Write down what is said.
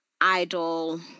idol